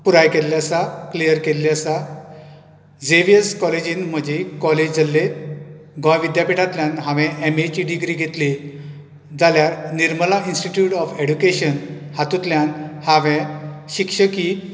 पुराय केल्ली आसा क्लियर केल्ली आसा झेवियर्स कॉलेजींत म्हजी कॉलेज जाल्ली गोंय विद्यापिठांतल्यान हांवे एम एची डिग्री घेतली जाल्यार निर्मला इंस्टीट्यूट ऑफ ऍड्यूकेशन हातूंतल्यान हांवे शिक्षकी